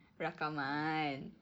rakaman